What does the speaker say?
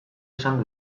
izan